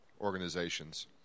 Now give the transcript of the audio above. organizations